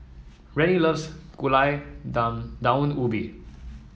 Rennie loves Gulai Daun Ubi